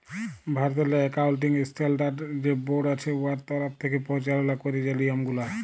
ভারতেরলে accounting standard যে board আছে উয়ার তরফ থ্যাকে পরিচাললা ক্যারে যে লিয়মগুলা